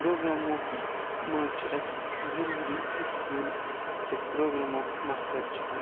پروگرامُک مَنٛز چھُ اَسہِ ضوٚروٗری حِصہِ نیُن کیاز پروگرامُک مَقصَد چھُ